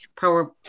Power